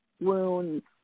wounds